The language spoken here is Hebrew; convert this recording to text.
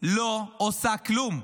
לא עושה כלום.